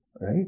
Right